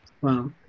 Wow